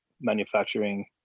manufacturing